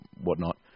whatnot